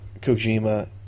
Kojima